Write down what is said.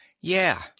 Yeah